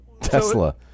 Tesla